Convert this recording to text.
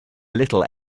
little